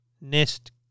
Nest